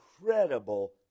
incredible